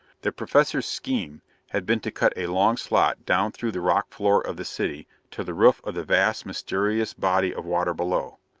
the professor's scheme had been to cut a long slot down through the rock floor of the city to the roof of the vast, mysterious body of water below.